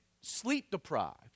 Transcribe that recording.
sleep-deprived